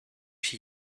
she